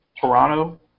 Toronto